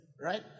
Right